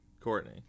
Courtney